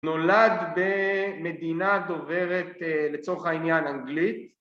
נולד במדינה דוברת לצורך העניין אנגלית